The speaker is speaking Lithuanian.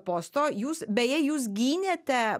posto jūs beje jūs gynėte